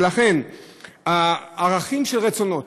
ולכן, הערכים של רצונות